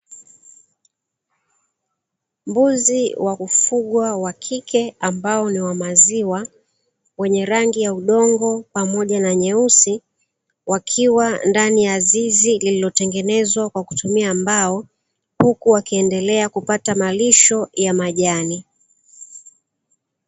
Mbuzi wakufungwa wa kike ambao ni wa maziwa, wenye rangi ya udongo pamoja na nyeusi wakiwa ndani ya zizi lililotengenezwa kwa kutumia mbao, huku wakiendelea kupata malisho ya majani.